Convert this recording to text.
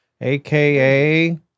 aka